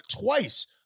twice